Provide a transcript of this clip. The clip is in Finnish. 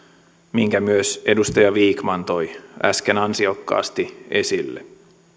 minkä myös edustaja vikman toi äsken ansiokkaasti esille